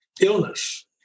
illness